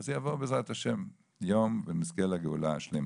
אז יבוא בעזרת ה' יום ונזכה לגאולה השלמה.